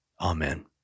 Amen